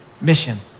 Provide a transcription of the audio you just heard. mission